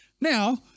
Now